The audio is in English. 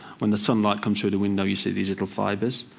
when the sunlight comes through the window you see these little fibers.